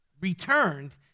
returned